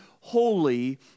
holy